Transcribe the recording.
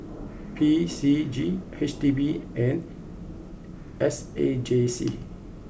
P C G H D B and S A J C